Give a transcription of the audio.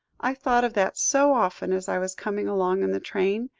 i thought of that so often as i was coming along in the train,